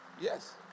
Yes